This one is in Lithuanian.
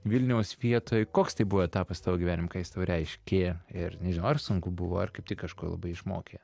vilniaus vietoj koks tai buvo etapas tavo gyvenim ką jis tau reiškė ir nežinau ar sunku buvo ar kaip tik kažko labai išmokė